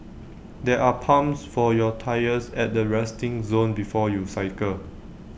there are pumps for your tyres at the resting zone before you cycle